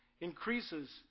increases